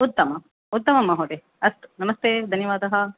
उत्तमम् उत्तमं महोदय अस्तु नमस्ते धन्यवादः